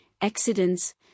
accidents